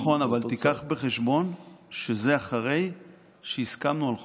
נכון אבל תיקח בחשבון שזה אחרי שהסכמנו על חוק-יסוד: